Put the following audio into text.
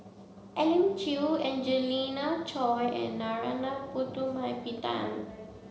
Elim Chew Angelina Choy and Narana Putumaippittan